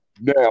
Now